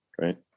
right